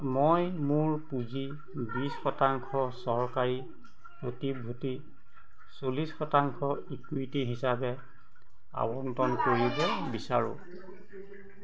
মই মোৰ পুঁজি বিছ শতাংশ চৰকাৰী প্ৰতিভূতি চল্লিছ শতাংশ ইকুইটি হিচাপে আবণ্টন কৰিব বিচাৰোঁ